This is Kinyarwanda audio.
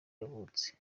yavutse